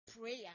Prayer